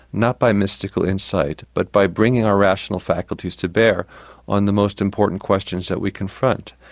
not by mystical insight, but by bringing our rational faculties to bear on the most important questions that we confront.